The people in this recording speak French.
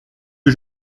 que